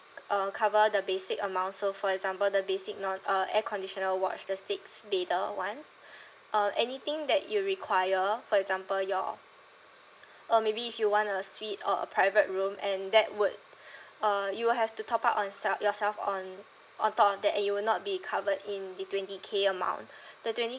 uh cover the basic amount so for example the basic non uh air conditional wards the six bedder ones uh anything that you require for example your uh maybe if you want a suite or a private room and that would uh you will have to top up on self yourself on on top of that and you will not be covered in the twenty K amount the twenty